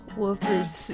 woofers